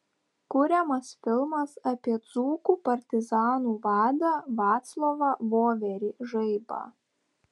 kuriamas filmas apie dzūkų partizanų vadą vaclovą voverį žaibą